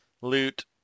loot